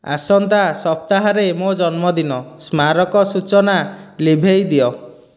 ଆସନ୍ତା ସପ୍ତାହରେ ମୋ ଜନ୍ମଦିନ ସ୍ମାରକସୂଚନା ଲିଭେଇ ଦିଅ